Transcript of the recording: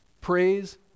Praise